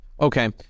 okay